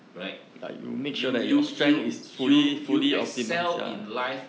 right you you you you you excel in life